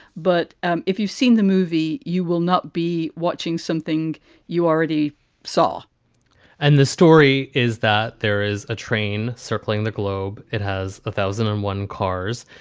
but um if you've seen the movie, movie, you will not be watching something you already saw and the story is that there is a train circling the globe. it has a thousand and one cars.